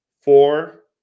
four